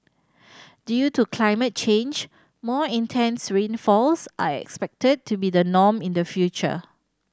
due to climate change more intense rainfalls are expected to be the norm in the future